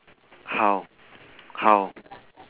how how